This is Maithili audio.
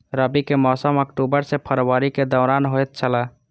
रबी के मौसम अक्टूबर से फरवरी के दौरान होतय छला